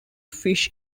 fish